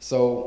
so